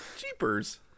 jeepers